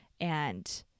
and-